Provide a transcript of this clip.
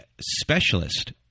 specialist